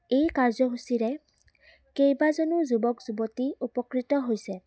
এই কাৰ্যসূচীৰে কেইবাজনো যুৱক যুৱতী উপকৃত হৈছে